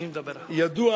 ידוע